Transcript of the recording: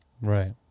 Right